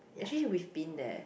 actually we've been there